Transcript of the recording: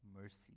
mercy